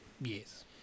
Yes